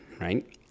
right